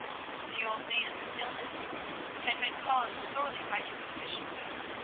the old man's illness had been caused solely by insufficient food,